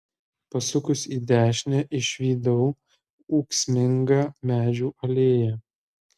pasukus į dešinę išvydau ūksmingą medžių alėją